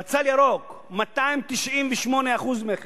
בצל ירוק, 298% מכס,